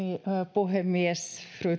puhemies